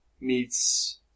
meets